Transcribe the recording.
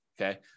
Okay